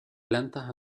plantas